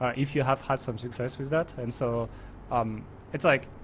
ah if you have had some success with that, and so um it's like,